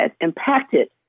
impacted